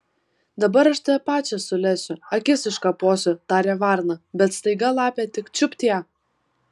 dabar aš tave pačią sulesiu akis iškaposiu tarė varna bet staiga lapė tik čiupt ją